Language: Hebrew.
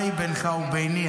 מהי בינך וביני,